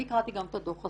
אני קראתי גם את הדוח הסודי,